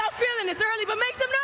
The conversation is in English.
feeling? it is early but make some